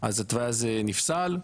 אז התוואי הזה נפסל,